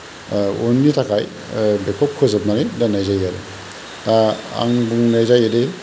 इउननि थाखाय बेखौ फोजोबनानै दोननाय जायो आरो दा आं बुंनाय जायोदि